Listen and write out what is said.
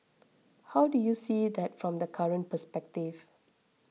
how do you see that from the current perspective